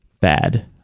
bad